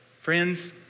Friends